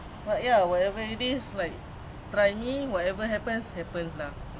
you mean over why you refer like that